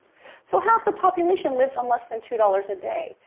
so, half the population lives on less than two dollars a day.